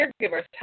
caregivers